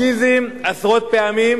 "פאשיזם" עשרות פעמים,